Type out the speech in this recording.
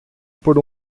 por